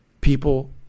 people